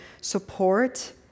support